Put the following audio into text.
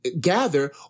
gather